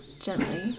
gently